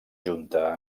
junta